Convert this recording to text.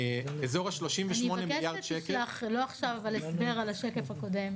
כ- 38 מיליארד שקל --- אני מבקשת שתשלח הסבר על השקף הקודם.